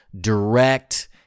direct